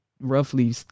roughly